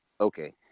okay